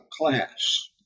class